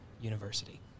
university